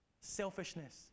selfishness